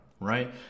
right